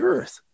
Earth